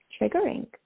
triggering